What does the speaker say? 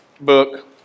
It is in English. book